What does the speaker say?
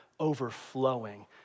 overflowing